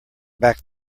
back